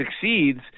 succeeds